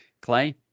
Clay